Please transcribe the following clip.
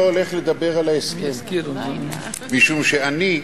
אני לא הולך לדבר על ההסכם משום שאני,